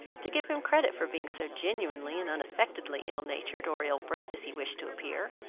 to give him credit for being so genuinely and unaffectedly ill-natured or ill-bred as he wished to appear.